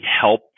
help